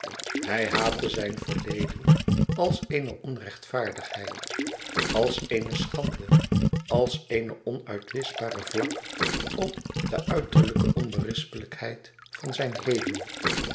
hij haatte zijn verleden als eene onrechtvaardigheid als eene schande als eene onuitwischbare vlak op de uiterlijke onberispelijkheid van zijn heden